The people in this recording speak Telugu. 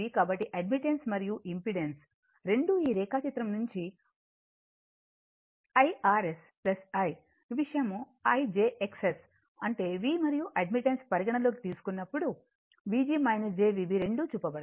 కాబట్టి అడ్మిటెన్స్ మరియు ఇంపిడెన్స్ రెండూ ఈ రేఖాచిత్రం నుంచి Irs I ఈ విషయం jIXS అంటే V మరియు అడ్మిటెన్స్ పరిగణనలోకి తీసుకున్నప్పుడు Vg jVb రెండూ చూపబడతాయి